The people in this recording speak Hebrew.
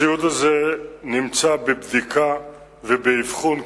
הציוד הזה נמצא בבדיקה ובאבחון,